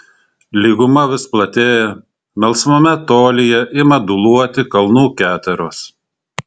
lyguma vis platėja melsvame tolyje ima dūluoti kalnų keteros